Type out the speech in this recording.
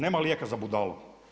Nema lijeka za budalu!